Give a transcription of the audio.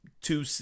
two